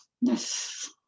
Yes